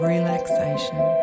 relaxation